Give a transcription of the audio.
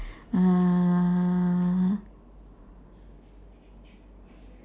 uh